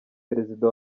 perezida